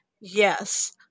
Yes